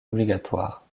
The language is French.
obligatoire